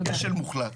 כשל מוחלט.